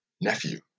nephew